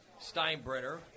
steinbrenner